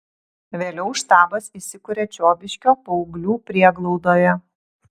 vėliau štabas įsikuria čiobiškio paauglių prieglaudoje